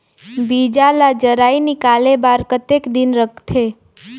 बीजा ला जराई निकाले बार कतेक दिन रखथे?